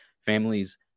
families